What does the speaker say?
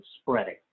spreading